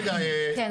רגע,